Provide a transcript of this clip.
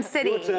City